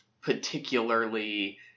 particularly